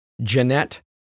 Jeanette